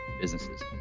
businesses